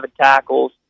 tackles